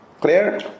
Clear